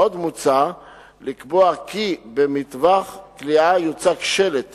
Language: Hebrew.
עוד מוצע לקבוע כי במטווח קליעה יוצב שלט